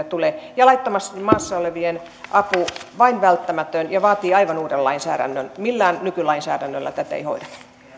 tulee ja laittomasti maassa olevien apu vain välttämätön annetaan ja tämä vaatii aivan uuden lainsäädännön millään nykylainsäädännöllä tätä ei hoideta